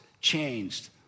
changed